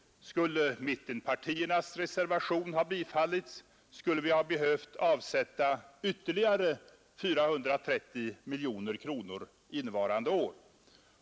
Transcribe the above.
Skulle mittenpartiernas reservation ha bifallits, skulle vi ha behövt avsätta ytterligare 430 miljoner kronor innevarande år.